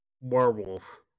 werewolf